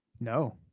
No